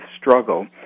struggle